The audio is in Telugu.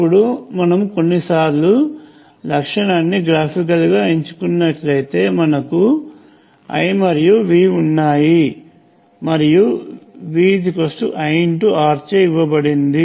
ఇప్పుడు మనము కొన్నిసార్లు లక్షణాన్ని గ్రాఫికల్ గా ఎంచుకున్నట్లుగా మనకు I మరియు V ఉన్నాయి మరియు V IR చే ఇవ్వబడింది